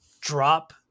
drop